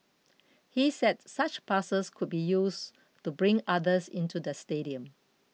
he said such passes could be used to bring others into the stadium